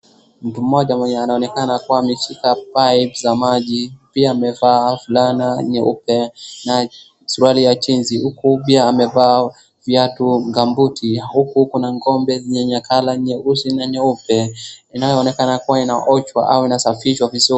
Mtu mmoja mwenye anaonekana kuwa ameshika pipe za maji pia amevaa fulana nyeupe na suruali ya jeans . Huku pia amevaa viatu gambuti huku kuna ng'ombe yenye colour nyeusi na nyeupe inayooneka kuwa inaoshwa au inasafishwa vizuri.